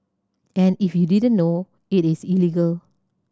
and if you didn't know it is illegal